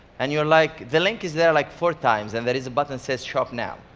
and you're like, the link is there like four times, and there is a button says shop now.